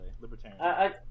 Libertarian